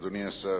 אדוני השר,